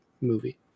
movie